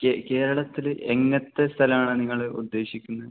കേ കേരളത്തിൽ എങ്ങനത്തെ സ്ഥലം ആണ് നിങ്ങൾ ഉദ്ദേശിക്കുന്നത്